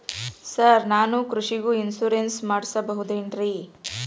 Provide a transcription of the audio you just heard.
Sir ನಾನು ಕೃಷಿಗೂ insurance ಮಾಡಸಬಹುದೇನ್ರಿ?